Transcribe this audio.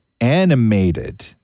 Animated